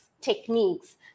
techniques